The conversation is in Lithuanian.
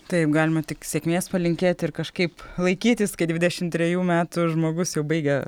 taip galima tik sėkmės palinkėt ir kažkaip laikytis kai dvidešim trejų metų žmogus jau baigia